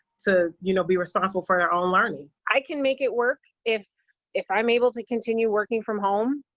so you know be responsible for their own learning. i can make it work if if i'm able to continue working from home.